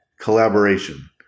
Collaboration